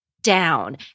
down